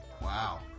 Wow